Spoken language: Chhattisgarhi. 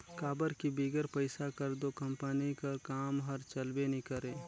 काबर कि बिगर पइसा कर दो कंपनी कर काम हर चलबे नी करे